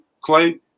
Clay